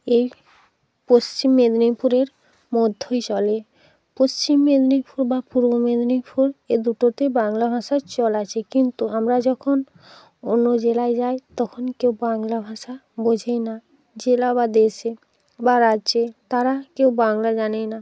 এই পশ্চিম মেদিনীপুরের মধ্যেই চলে পশ্চিম মেদিনীপুর বা পূর্ব মেদিনীপুর এ দুটোতে বাংলা ভাষার চল আছে কিন্তু আমরা যখন অন্য জেলায় যাই তখন কেউ বাংলা ভাষা বোঝেই না জেলা বা দেশে বা রাজ্যে তারা কেউ বাংলা জানেই না